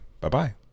Bye-bye